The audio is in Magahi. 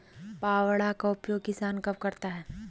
फावड़ा का उपयोग किसान कब करता है?